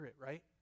right